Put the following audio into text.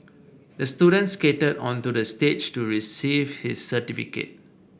the student skated onto the stage to receive his certificate